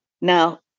Now